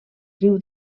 riu